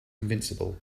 invincible